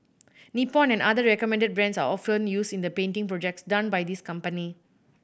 Nippon and other recommended brands are often used in the painting projects done by this company